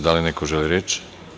Da li neko želi reč?